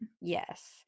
Yes